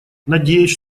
надеюсь